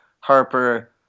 Harper